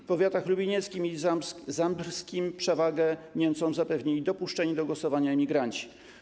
W powiatach lublinieckim i zabrskim przewagę Niemcom zapewnili dopuszczeni do głosowania emigranci.